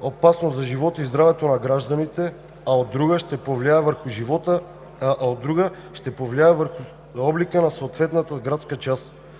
опасност за живота и здравето на гражданите, а от друга – ще повлияе върху облика на съответната градска част.